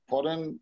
Foreign